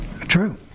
True